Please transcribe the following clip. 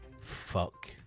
fuck